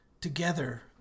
together